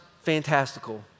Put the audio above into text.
fantastical